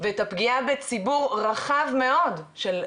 ואת הפגיעה בציבור רחב מאוד של,